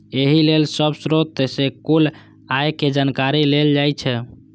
एहि लेल सब स्रोत सं कुल आय के जानकारी लेल जाइ छै